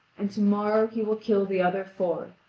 and to-morrow he will kill the other four,